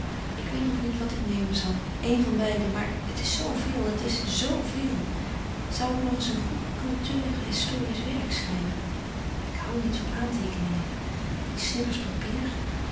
ik weet nog niet wat ik nemen zal een van beiden maar het is zoo veel het is zoo veel zoû ik nog eens een goed cultuur historiesch werk schrijven ik hoû niet van aanteekeningen die snippers papier